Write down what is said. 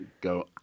go